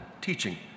teaching